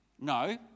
No